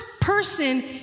person